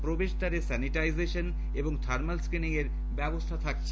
প্রবেশদ্বারে স্যানিটাইজেশন এবং থার্মালস্ক্রিনিং এর ব্যবস্হা থাকছে